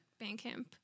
Bandcamp